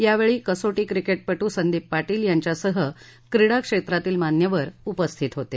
यावेळी कसोटी क्रिकेट पटू संदीप पाटील यांच्यासह क्रीडा क्षेत्रातील मान्यवर उपस्थित होते